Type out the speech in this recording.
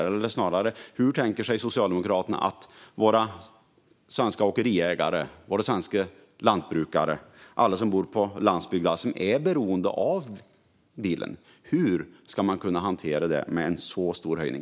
Eller, snarare: Hur tänker sig Socialdemokraterna att våra svenska åkeriägare, våra svenska lantbrukare och alla som bor på landsbygden och är beroende av bilen ska kunna hantera en så stor höjning?